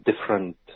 different